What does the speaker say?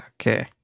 Okay